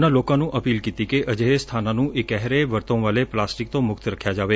ਉਨ੍ਹਾਂ ਲੋਕਾਂ ਨੂੰ ਅਪੀਲ ਕੀਤੀ ਕਿ ਅਜਿਹੇ ਸਬਾਨਾਂ ਨੂੰ ਇਕਹਿਰੇ ਵਰਤੋਂ ਵਾਲੇ ਪਲਾਸਟਿਕ ਤੋਂ ਮੁਕਤ ਰੱਖਿਆ ਜਾਵੇ